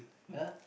!huh!